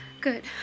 Good